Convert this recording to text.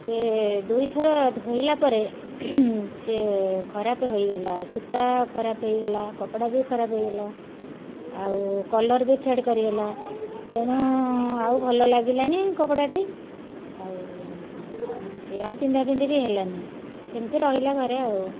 ସେ ଦୁଇଥର ଧୋଇଲା ପରେ ସିଏ ଖରାପ ହୋଇଗଲା ସୂତା ଖରାପ ହେଇଗଲା କପଡ଼ା ବି ଖରାପ ହେଇଗଲା ଆଉ କଲର୍ ବି ଫେଡ଼୍ କରିଗଲା ତେଣୁ ଆଉ ଭଲ ଲାଗିଲାନି କପଡ଼ାଟି ଆଉ ସେ ଆଉ ପିନ୍ଧା ପିନ୍ଧି ବି ହେଲାନି ସେମିତି ରହିଲା ଘରେ ଆଉ